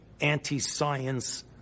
anti-science